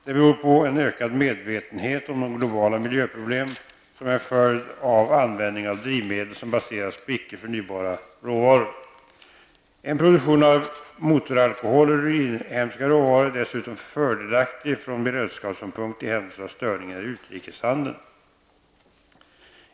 Det beror på en ökad medvetenhet om de globala miljöproblem som är en följd av användningen av drivmedel som baseras på icke förnybara råvaror. En produktion av motoralkoholer ur inhemska råvaror är dessutom fördelaktig från beredskapssynpunkt i händelse av störningar i utrikeshandeln.